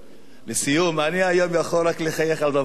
לסיום, אני היום יכול רק לחייך על דבר אחד,